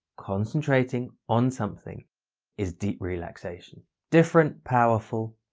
concentrating on something is deep relaxation. different powerful.